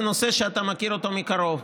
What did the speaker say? זה נושא שאתה מכיר אותו מקרוב.